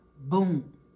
boom